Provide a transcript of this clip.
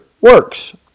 works